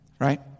right